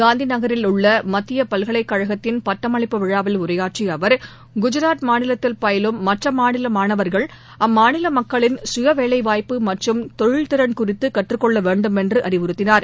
காந்தி நகரில் உள்ள மத்திய பல்கலைக்கழகத்தின் பட்டமளிப்பு விழாவில் உரையாற்றிய அவர் குஜாத் மாநிலத்தில் பயிலும் மற்ற மாநில மாணவர்கள் அம்மாநில மக்களின் கயவேலைவாய்ப்பு மற்றும் தொழில் திறன் குறித்து கற்றுக்கொள்ள வேண்டும் என்று அறிவறுத்தினார்